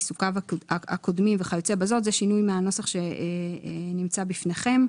עיסוקיו הקודמים וכיוצב'." זה שינוי מהנוסח שנמצא בפניכם.